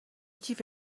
کیف